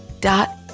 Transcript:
dot